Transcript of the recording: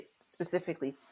specifically